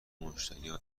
مشتریها